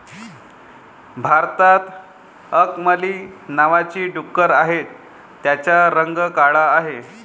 भारतात अंकमली नावाची डुकरं आहेत, त्यांचा रंग काळा आहे